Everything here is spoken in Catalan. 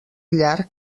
llarg